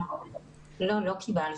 לא, לא קיבלתי.